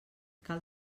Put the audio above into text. cal